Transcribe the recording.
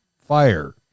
fire